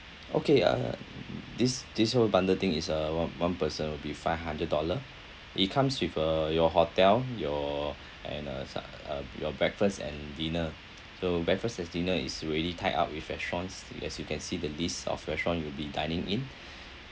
okay uh this this whole bundle thing is uh one one person will be five hundred dollar it comes with uh your hotel your and uh so~ uh your breakfast and dinner so breakfast and dinner is already tied up with restaurants as you can see the list of restaurant you'll be dining in